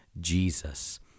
Jesus